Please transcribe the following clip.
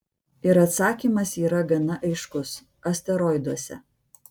ir atsakymas yra gana aiškus asteroiduose